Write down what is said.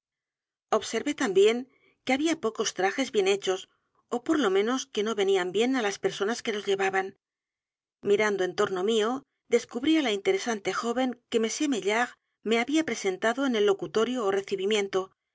observé también que había pocos trajes bien hechos ó por menos que no venían bien á las personas que los lleva ban mirando en torno mío descubrí á la interesanú joven que m maillard me había presentado en el locutorio ó recibimiento